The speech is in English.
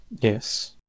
Yes